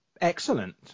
Excellent